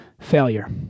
failure